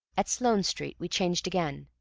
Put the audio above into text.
at sloane street we changed again,